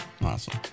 Awesome